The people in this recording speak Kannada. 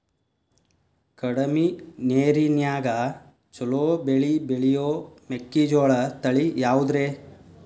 ಕಡಮಿ ನೇರಿನ್ಯಾಗಾ ಛಲೋ ಬೆಳಿ ಬೆಳಿಯೋ ಮೆಕ್ಕಿಜೋಳ ತಳಿ ಯಾವುದ್ರೇ?